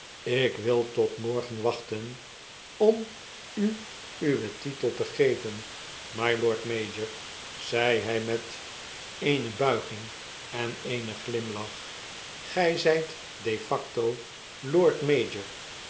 ik wil tot morgen wachten omuuwen titel te geven mylora mayor zeide hij met eene buiging en eenen glimlach gij zyt de facto lord mayor